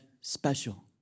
special